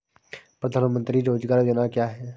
प्रधानमंत्री रोज़गार योजना क्या है?